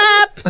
up